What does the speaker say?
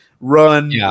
run